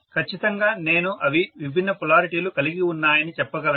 ఖచ్చితంగా నేను అవి విభిన్న పొలారిటీలు కలిగి ఉన్నాయని చెప్పగలను